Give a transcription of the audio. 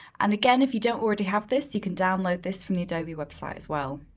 and again, if you don't already have this, you can download this from the adobe website as well.